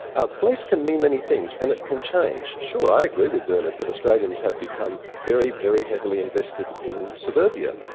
ah place can mean many things and it can change. sure, i agree with bernard that australians have become very, very heavily invested in suburbia,